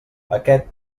aquest